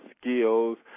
skills